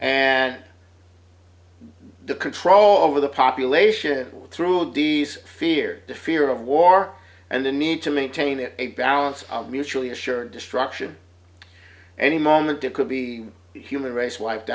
and the control over the population through the d a s fear the fear of war and the need to maintain a balance of mutually assured destruction any moment it could be human race wiped